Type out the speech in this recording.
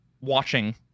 watching